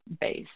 base